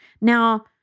Now